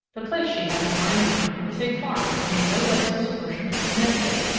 the place she has in mind for him is a farm in a no-license portion of connecticut,